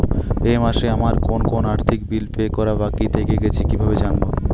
এই মাসে আমার কোন কোন আর্থিক বিল পে করা বাকী থেকে গেছে কীভাবে জানব?